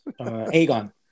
Aegon